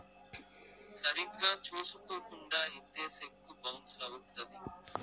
సరిగ్గా చూసుకోకుండా ఇత్తే సెక్కు బౌన్స్ అవుత్తది